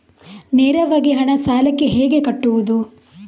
ನೇರವಾಗಿ ಹಣ ಸಾಲಕ್ಕೆ ಹೇಗೆ ಕಟ್ಟುವುದು?